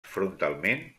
frontalment